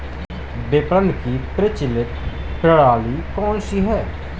विपणन की प्रचलित प्रणाली कौनसी है?